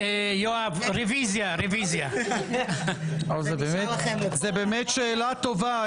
אני בחוץ וביטחון, באתי להגיד מזל טוב.